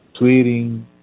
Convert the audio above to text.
tweeting